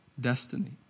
destiny